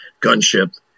gunship